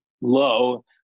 low